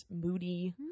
Moody